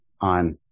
on